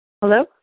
Hello